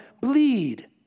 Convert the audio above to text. bleed